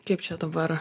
kaip čia dabar